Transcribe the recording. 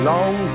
Long